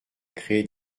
créer